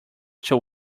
two